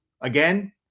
again